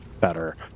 better